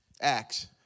Acts